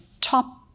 top